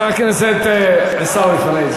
חבר הכנסת עיסאווי פריג',